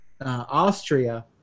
Austria